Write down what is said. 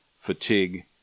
fatigue